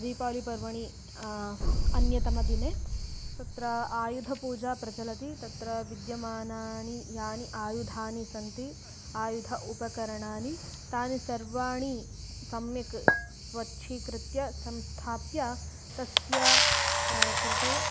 दीपावलिपर्वणि अन्यतमदिने तत्र आयुधपूजा प्रचलति तत्र विद्यमानानि यानि आयुधानि सन्ति आयुधम् उपकरणानि तानि सर्वाणि सम्यक् स्वच्छीकृत्य संस्थाप्य तस्य कृते